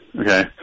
Okay